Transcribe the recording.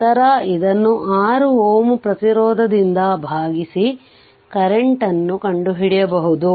ನಂತರ ಇದನ್ನು 6 Ω ಪ್ರತಿರೋಧದಿಂದ ಭಾಗಿಸಿ ಕರೆಂಟ್ ನ್ನು ಕಂಡುಹಿಡಿಯಬಹುದು